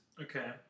Okay